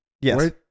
Yes